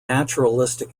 naturalistic